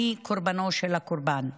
אני, קורבנו של הקורבן.